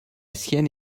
sienne